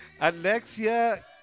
Alexia